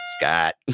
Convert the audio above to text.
Scott